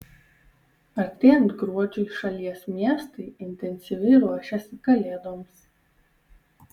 artėjant gruodžiui šalies miestai intensyviai ruošiasi kalėdoms